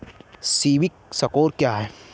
CIBIL score क्या है?